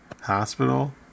hospital